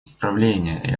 исправления